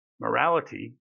morality